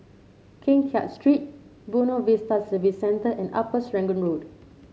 Keng Kiat Street Buona Vista Service Centre and Upper Serangoon Road